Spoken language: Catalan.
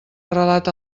arrelat